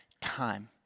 time